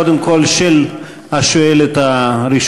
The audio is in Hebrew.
קודם כול של השואלת הראשונה,